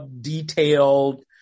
detailed